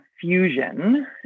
fusion